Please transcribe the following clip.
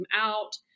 out